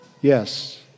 Yes